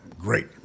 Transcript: great